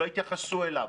שלא יתייחסו אליו.